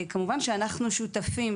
כמובן שאנחנו שותפים,